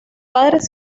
padres